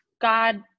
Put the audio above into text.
God